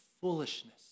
foolishness